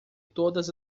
todas